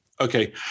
Okay